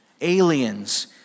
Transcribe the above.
aliens